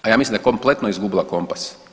A ja mislim da je kompletno izgubila kompas.